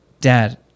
Dad